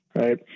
right